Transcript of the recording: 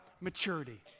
maturity